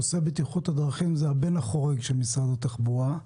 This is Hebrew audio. נושא בטיחות הדרכים זה הבן החורג של משרד התחבורה.